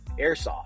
airsoft